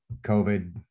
COVID